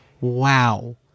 Wow